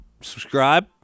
Subscribe